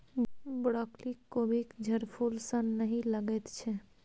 broccoli कोबीक झड़फूल सन नहि लगैत छै